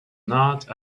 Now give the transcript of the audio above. not